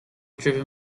driven